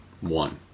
one